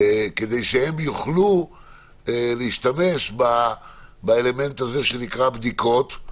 כדי שהם יוכלו להשתמש באלמנט הזה שנקרא בדיקות,